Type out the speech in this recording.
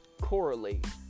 correlate